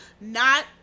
not-